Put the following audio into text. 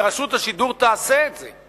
ורשות השידור תעשה את זה,